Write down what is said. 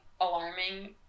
alarming